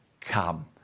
come